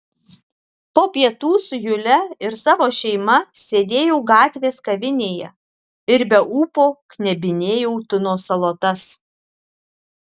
po pietų su jule ir savo šeima sėdėjau gatvės kavinėje ir be ūpo knebinėjau tuno salotas